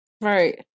Right